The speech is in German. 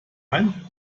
ein